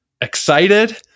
excited